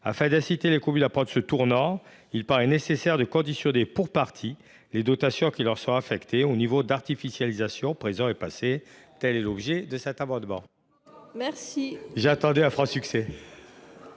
Afin d’inciter les communes à prendre ce tournant, il paraît nécessaire de conditionner pour partie les dotations qui leur sont affectées au niveau d’artificialisation, présent et passé. Je m’attendais à rencontrer un franc succès